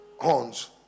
horns